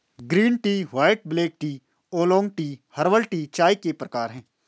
green tea white black tea oolong tea herbal tea चाय के प्रकार है